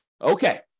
Okay